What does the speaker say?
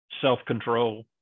self-control